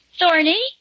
Thorny